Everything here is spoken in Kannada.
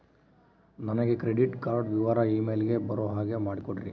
ನನಗೆ ಕ್ರೆಡಿಟ್ ಕಾರ್ಡ್ ವಿವರ ಇಮೇಲ್ ಗೆ ಬರೋ ಹಾಗೆ ಮಾಡಿಕೊಡ್ರಿ?